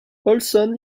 olson